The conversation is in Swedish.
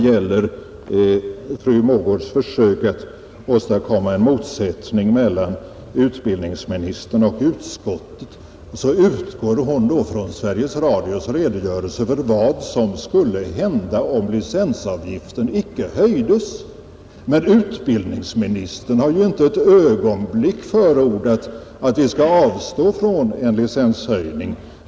När fru Mogård försökte åstadkomma en motsättning mellan utbildningsministern och utskottet, utgick hon från Sveriges Radios redogörelse för vad som skulle hända om licensavgiften icke höjdes. Men utbildningsministern har ju inte ett ögonblick förordat att vi skall avstå från en licenshöjning.